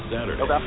Saturday